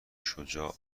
شجاع